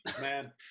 Man